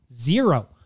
zero